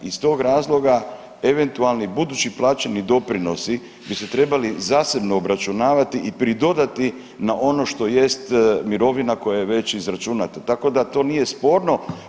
Iz tog razloga eventualni budući plaćeni doprinosi bi se trebali zasebno obračunavati i pridodati na ono što jest mirovina koja je već izračunata, tako da to nije sporno.